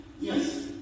Yes